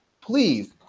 please